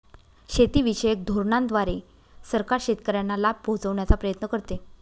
शेतीविषयक धोरणांद्वारे सरकार शेतकऱ्यांना लाभ पोहचवण्याचा प्रयत्न करते